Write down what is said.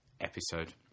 episode